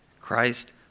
Christ